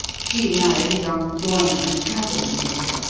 she married a young joiner and cabinet-maker,